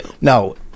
No